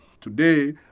Today